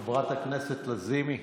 חברת הכנסת לזימי,